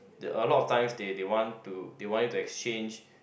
the a lot of times they they want to they want you to exchange